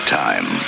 time